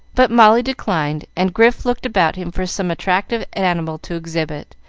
but molly declined, and grif looked about him for some attractive animal to exhibit,